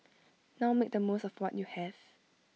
now make the most of what you have